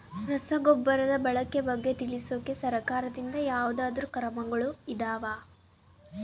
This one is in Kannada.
ರಸಗೊಬ್ಬರದ ಬಳಕೆ ಬಗ್ಗೆ ತಿಳಿಸೊಕೆ ಸರಕಾರದಿಂದ ಯಾವದಾದ್ರು ಕಾರ್ಯಕ್ರಮಗಳು ಇದಾವ?